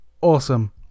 awesome